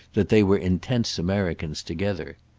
that they were intense americans together.